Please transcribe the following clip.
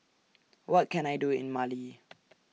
What Can I Do in Mali